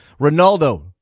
Ronaldo